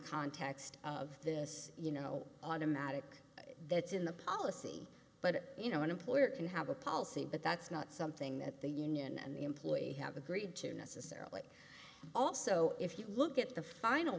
context of this you know automatic that's in the policy but you know an employer can have a policy but that's not something that the union and the employee have agreed to necessarily also if you look at the final